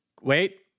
Wait